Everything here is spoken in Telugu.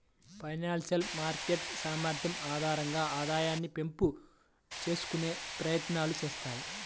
ఫైనాన్షియల్ మార్కెట్ సామర్థ్యం ఆధారంగా ఆదాయాన్ని పెంపు చేసుకునే ప్రయత్నాలు చేత్తాయి